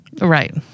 Right